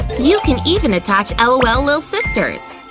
you can even attach l o l. lil sisters!